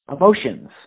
emotions